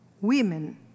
Women